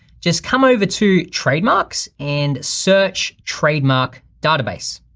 just come over to trademarks and search trademark database.